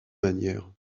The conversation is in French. manières